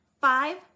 five